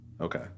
Okay